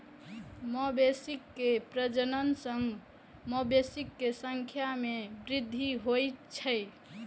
मवेशी के प्रजनन सं मवेशी के संख्या मे वृद्धि होइ छै